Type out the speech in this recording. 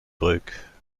broek